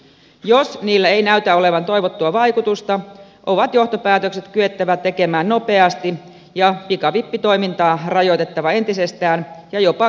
jos niillä ei näytä olevan toivottua vaikutusta on johtopäätökset kyettävä tekemään nopeasti ja pikavippitoimintaa rajoitettava entisestään ja jopa kiellettävä kokonaan